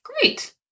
Great